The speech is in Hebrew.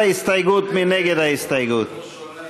עפר שלח,